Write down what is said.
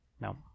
No